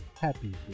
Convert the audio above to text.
happy